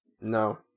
No